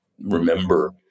remember